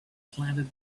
planet